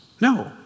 No